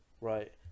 right